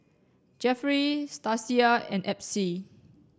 Jefferey Stacia and Epsie